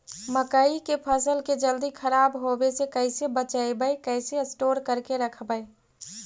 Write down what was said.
मकइ के फ़सल के जल्दी खराब होबे से कैसे बचइबै कैसे स्टोर करके रखबै?